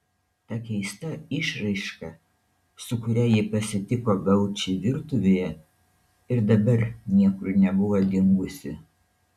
ta keista išraiška su kuria ji pasitiko gaučį virtuvėje ir dabar niekur nebuvo dingusi